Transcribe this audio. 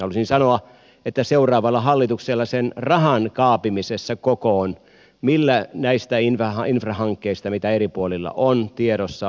halusin sanoa että seuraavalla hallituksella on sen rahan kaapiminen kokoon millä selvitään näistä infrahankkeista mitä eri puolilla on tiedossa